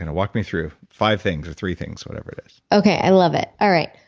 and walk me through, five things or three things, whatever it is okay, i love it. all right,